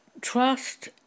trust